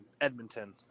Edmonton